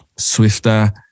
Swifter